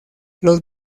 los